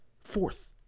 Fourth